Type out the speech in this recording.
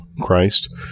Christ